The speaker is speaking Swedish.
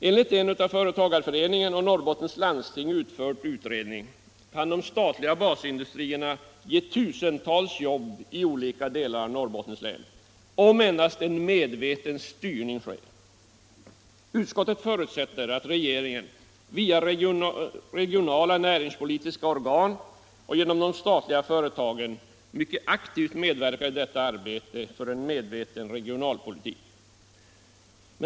Enligt en av Företagareföreningen och Norrbottens landsting utförd utredning kan de statliga basindustrierna ge tusentals jobb i olika delar av länet, om en medveten styrning sker. Utskottet förutsätter att regeringen, via regionala näringspolitiska organ och genom de statliga företagen, mycket aktivt medverkar i detta arbete för en medveten regionalpolitik.